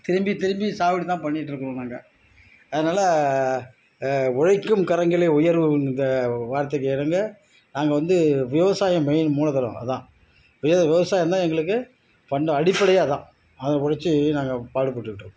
திரும்பி திரும்பி சாவடி தான் பண்ணிகிட்ருக்கறோம் நாங்கள் அதனால உழைக்கும் கரங்களே உயர்வு இந்த வார்த்தைக்கு இணங்க நாங்கள் வந்து விவசாயம் மெயின் மூலதனம் அதுதான் விவசாயம் தான் எங்களுக்கு பண்டம் அடிப்படையே அதுதான் அதை உழைச்சு நாங்கள் பாடுபட்டுட்டிருப்போம்